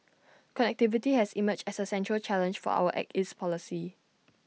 connectivity has emerged as A central challenge for our act east policy